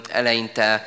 eleinte